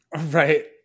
right